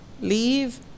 leave